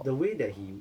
the way that he